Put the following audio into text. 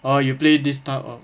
oh you play this type of